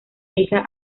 hija